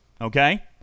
okay